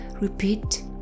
repeat